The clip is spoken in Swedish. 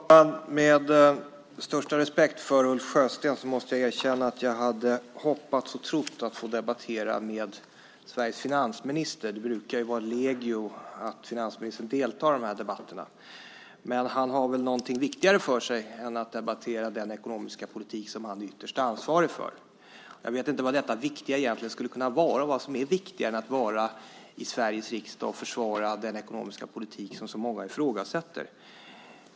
Fru talman! Med största respekt för Ulf Sjösten måste jag erkänna att jag hade hoppats och trott att jag skulle få debattera med Sveriges finansminister. Det brukar vara legio att finansministern deltar i de här debatterna. Men han har väl något viktigare för sig än att debattera den ekonomiska politik som han ytterst är ansvarig för. Jag vet inte vad detta viktiga egentligen skulle kunna vara, vad som är viktigare än att vara i Sveriges riksdag och försvara den ekonomiska politik som så många ifrågasätter.